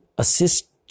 assist